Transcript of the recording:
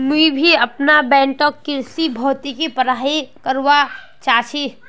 मुई भी अपना बैठक कृषि भौतिकी पढ़ाई करवा चा छी